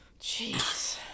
Jeez